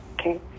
Okay